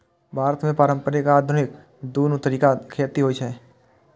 भारत मे पारंपरिक आ आधुनिक, दुनू तरीका सं खेती होइ छै